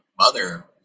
mother